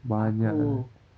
it's cool